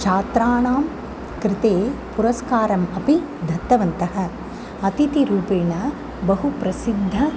छात्राणां कृते पुरस्कारम् अपि दत्तवन्तः अतिथिरूपेण बहु प्रसिद्धाः